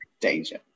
danger